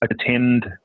attend